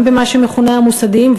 גם במה שמכונה "המוסדיים",